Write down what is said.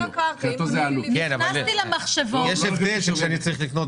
יש מקומות שאתה יכול לקנות